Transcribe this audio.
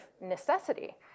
necessity